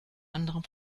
anderem